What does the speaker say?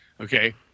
Okay